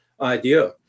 idea